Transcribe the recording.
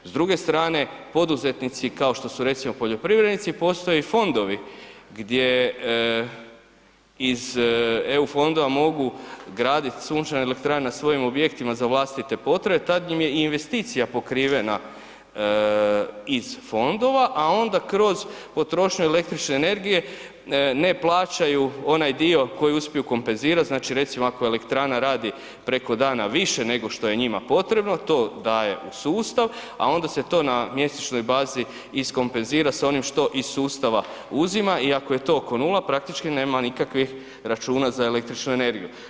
S druge strane poduzetnici kao što su recimo poljoprivrednici postoje fondovi gdje iz EU fondova mogu graditi sunčane elektrane na svojim objektima za vlastite potrebe, tad im je i investicija pokrivena iz fondova, a onda kroz potrošnju električne energije ne plaćaju onaj dio koji uspiju kompenzirati, znači recimo ako elektrana radi preko dana više nego što je njima potrebno to daje u sustav, a onda se to na mjesečnoj bazi izkompenzira s onim što iz sustava uzima i ako je to oko 0 praktički nema nikakvih računa za električnu energiju.